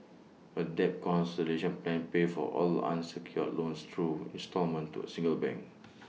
A debt consolidation plan pays for all unsecured loans through instalment to A single bank